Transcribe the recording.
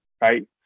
right